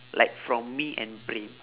like from me and praem